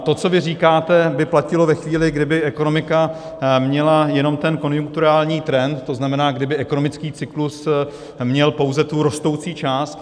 To, co vy říkáte, by platilo ve chvíli, kdy by ekonomika měla jenom ten konjunkturální trend, to znamená, kdyby ekonomický cyklus měl pouze tu rostoucí část